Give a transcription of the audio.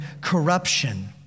corruption